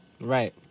Right